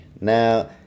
Now